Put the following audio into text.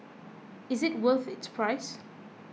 is it worth its price